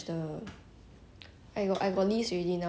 then I would watch it I want to watch the